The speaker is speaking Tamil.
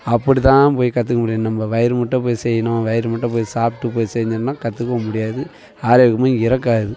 அப்படி தான் போய் கற்றுக்க முடியும் நம்ம வயிறு முட்ட போய் செய்யணும் வயிறு முட்ட போய் சாப்பிட்டு போய் செஞ்சோம்னா கற்றுக்க முடியாது ஆரோக்கியமும் இருக்காது